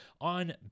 on